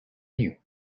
you